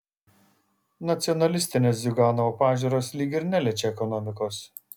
nacionalistinės ziuganovo pažiūros lyg ir neliečia ekonomikos